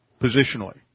positionally